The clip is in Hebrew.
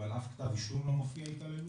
אבל באף כתב אישום לא מופיע התעללות?